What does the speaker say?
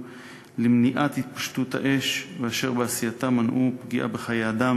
למניעת התפשטות האש ואשר בעשייתם מנעו פגיעה בחיי אדם,